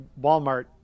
Walmart